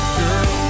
girl